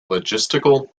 logistical